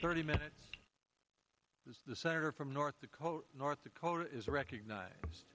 thirty minutes from north dakota north dakota recognize